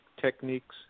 technique's